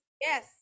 Yes